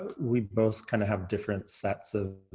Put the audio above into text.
ah we both kind of have different sets of